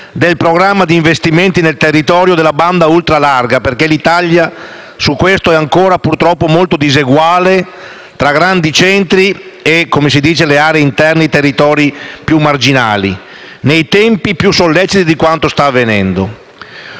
del programma di investimenti nel territorio della banda ultralarga - l'Italia su questo è ancora, purtroppo, molto diseguale tra grandi centri, aree interne e territori più marginali - in tempi più solleciti di quanto sta avvenendo;